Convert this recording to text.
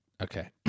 Okay